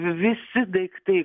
visi daiktai